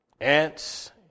ants